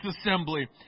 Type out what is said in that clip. assembly